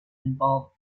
involve